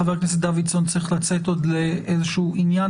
חבר הכנסת דודיסון צריך לצאת לאיזה עניין,